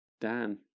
dan